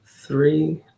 three